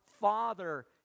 Father